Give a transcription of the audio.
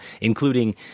including